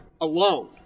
alone